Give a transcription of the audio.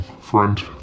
friend